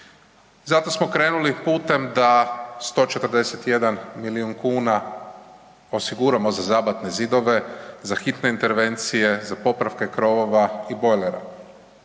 Zato smo krenuli putem da 141 milijun kuna osiguramo za zabatne zidove, za hitne intervencije, za popravke krovova i bojlera.